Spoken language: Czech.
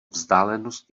vzdálenost